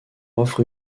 offre